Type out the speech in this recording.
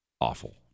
awful